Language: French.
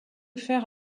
faire